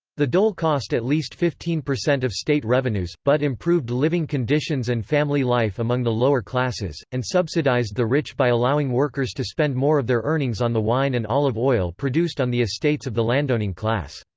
the dole cost at least fifteen percent of state revenues, but improved living conditions and family life among the lower classes, and subsidized the rich by allowing workers to spend more of their earnings on the wine and olive oil produced on the estates of the landowning class.